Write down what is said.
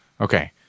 Okay